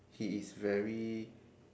he is very